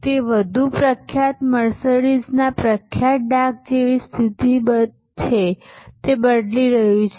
તે વધુ પ્રખ્યાત મર્સિડીઝના પ્રખ્યાત ડાઘ જેવી સ્થિતિ છે તે બદલી રહ્યું છે